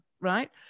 right